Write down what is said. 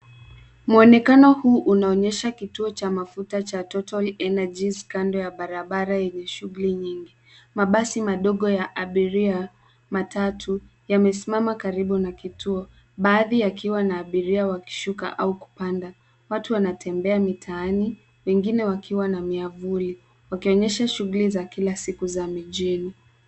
Muonekano huu unaonyesha kituo cha mafuta cha Total Energies kando ya barabara yenye shughuli nyingi. Mabasi madogo ya abiria, matatu yamesimama karibu na kituo baadhi yakiwa na abiria wakishuka au kupanda. Watu wanatembea mitaani, wengine wakiwa na miavuli, wakionyesha shughuli za kila siku za mijini.